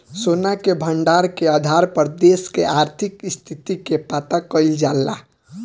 सोना के भंडार के आधार पर देश के आर्थिक स्थिति के पता कईल जाला